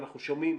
אנחנו שומעים